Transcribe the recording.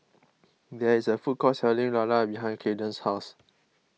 there is a food court selling Lala behind Kamden's house